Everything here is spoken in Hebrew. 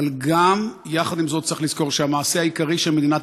אבל עם זאת צריך לזכור שהמעשה העיקרי שמדינת